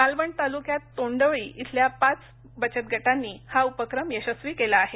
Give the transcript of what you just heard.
मालवण तालुक्यात तोंडवळी इथंल्या पाच बचतगटांनी हा उपक्रम यशस्वी केला आहे